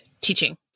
teaching